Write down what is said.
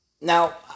Now